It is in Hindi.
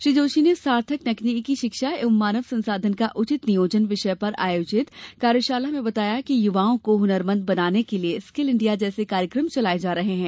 श्री जोशी ने सार्थक तकनीकी शिक्षा एवं मानव संसाधन का उचित नियोजन विषय पर आयोजित कार्यशाला में बताया कि युवाओं को हनरमंद बनाने के लिये स्किल इंडिया जैसे कार्यक्रम चलाये जा रहे हैं